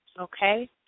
okay